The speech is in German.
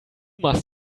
machst